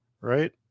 right